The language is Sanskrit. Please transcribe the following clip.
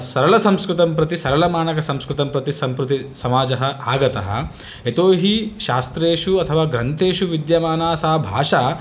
सरलसंस्कृतं प्रति सरलमानकसंस्कृतं प्रति सम्प्रति समाजः आगतः यतो हि शास्त्रेषु अथवा ग्रन्थेषु विद्यमाना सा भाषा